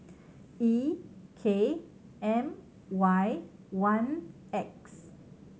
E K M Y one X